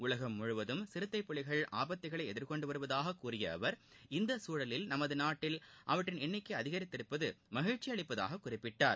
உலகம் முழுவதும் சிறுத்தைபுலிகள் ஆபத்துகளை எதிர்கொண்டு வருவதாக கூறிய அவர் இந்த குழலில் நமது நாட்டில் அவற்றின் எண்ணிக்கை அதிகரித்திருப்பது மகிழ்ச்சியளிப்பதாக குறிப்பிட்டார்